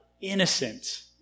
innocent